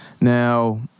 Now